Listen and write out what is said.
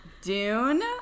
Dune